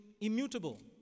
immutable